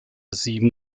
sieben